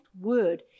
word